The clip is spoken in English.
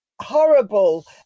horrible